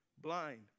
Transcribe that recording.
blind